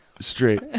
straight